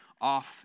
off